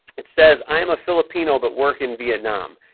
it says, i am a filipino but work in vietnam.